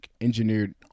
engineered